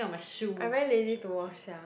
I very lazy to wash sia